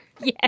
yes